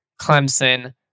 Clemson